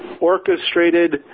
orchestrated